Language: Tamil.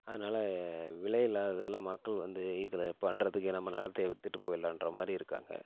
அதனால விலையில்லாததால மக்கள் வந்து இதில் பண்ணுறதுக்கு நம்ம நிலத்தையே விற்றுட்டு போயிரலான்ற மாதிரி இருக்காங்க